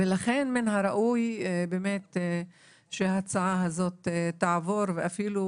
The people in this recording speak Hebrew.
לכן מן הראוי שההצעה הזאת תעבור, ואפילו